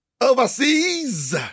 overseas